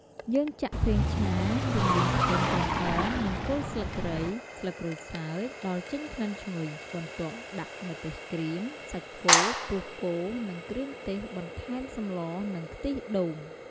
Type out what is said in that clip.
យើងចាក់ប្រេងឆា រំលីងខ្ទឺម ក្រហម និងគល់ស្លឹកគ្រៃ ស្លឹកក្រូចសើច ដល់ចេញក្លិនឈ្ងុយ បន្ទាប់ដាក់ម្ទេសក្រៀម សាច់គោ ពោះគោ និងគ្រឿងទេស បន្ថែមសម្ល និងខ្ទះដូង។